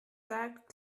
sagt